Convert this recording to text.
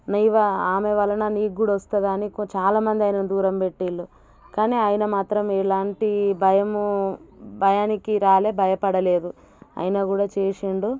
నీవా ఆమె వలన నీకు కూడా వస్తుందని చాలామంది ఆయనను దూరం పెట్టారు కానీ ఆయన మాత్రం ఎలాంటి భయము భయానికి రాలేడు భయపడలేదు అయినా కూడా చేసాడు